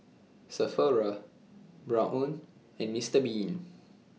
Sephora Braun and Mr Bean